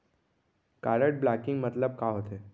Card blocking मतलब का होथे?